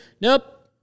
nope